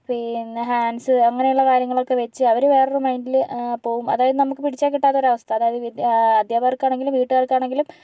പിന്നെ ഹാൻസ് അങ്ങനെയുള്ള കാര്യങ്ങളൊക്കെ വെച്ച് അവര് വേറൊര് മൈന്റില് പോകും അതായത് നമുക്ക് പിടിച്ചാൽ കിട്ടാത്ത ഒരവസ്ഥ അതായത് വിദ്യ അദ്ധ്യാപകർക്കാണെങ്കിലും വിട്ടുകാർക്കാണെങ്കിലും